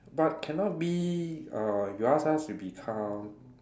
but cannot be uh you ask us to become